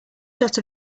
shot